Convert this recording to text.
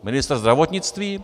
Ministr zdravotnictví?